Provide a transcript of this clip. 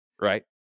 right